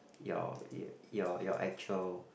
your y~ your your actual